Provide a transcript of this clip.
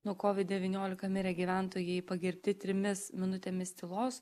nuo covid devyniolika mirę gyventojai pagerbti trimis minutėmis tylos